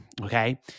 Okay